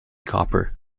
copper